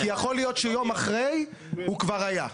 כי יכול להיות שיום אחרי הוא כבר היה.